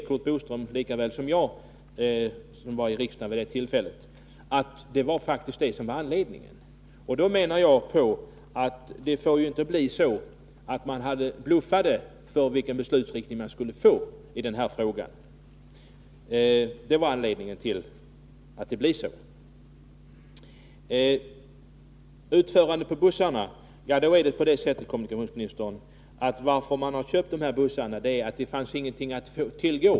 Curt Boström, som var i riksdagen vid det tillfället, vet lika väl som jag att det faktiskt var detta som var anledningen. Det får inte vara så att man bluffar i fråga om beslutsriktningen. När det gäller bussarnas utförande är det på det sättet, kommunikationsministern, att anledningen till att man köpte dessa bussar var att det inte fanns några andra att tillgå.